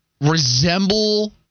resemble